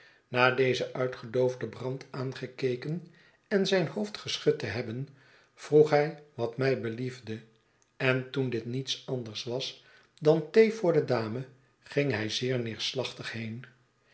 na dezen uitgedoofden brand aangekeken en zijn hoofd geschud te hebben vroeg hij wat mij beliefde en toen dit niets anders was dan thee voor de dame ging hij zeer neerslachtig heen